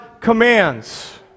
commands